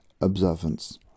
observance